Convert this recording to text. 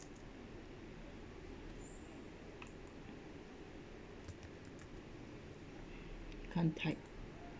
contact